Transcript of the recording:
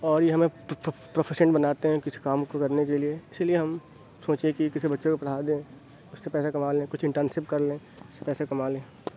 اور یہ ہمیں پروفیشن بناتے ہیں کسی کام کو کرنے کے لیے اسی لیے ہم سوچے کہ کسی بچے کو پڑھا دیں اس سے پیسہ کما لیں کچھ انٹرنشپ کرلیں اس سے پیسے کما لیں